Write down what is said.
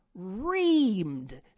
reamed